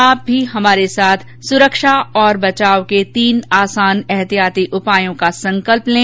आप भी हमारे साथ सुरक्षा और बचाव के तीन आसान एहतियाती उपायों का संकल्प लें